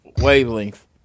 wavelength